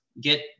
get